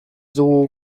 dugu